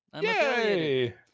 Yay